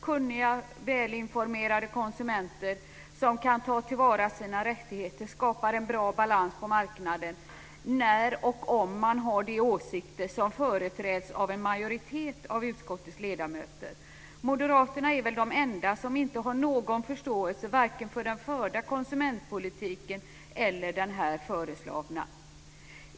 Kunniga, välinformerade konsumenter som kan ta till vara sina rättigheter skapar en bra balans på marknaden, när och om man har de åsikter som företräds av en majoritet av utskottets ledamöter. Moderaterna är väl de enda som inte har någon förståelse för vare sig den förda konsumentpolitiken eller den här föreslagna.